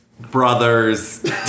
Brothers